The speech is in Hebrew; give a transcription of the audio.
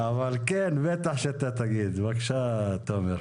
בקשה, תומר.